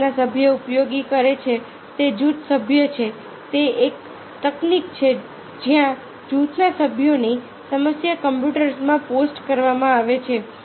જૂથના સભ્યો ઉપયોગ કરે છે તે જૂથ સભ્ય છે તે એક તકનીક છે જ્યાં જૂથના સભ્યોની સમસ્યા કમ્પ્યુટર્સમાં પોસ્ટ કરવામાં આવે છે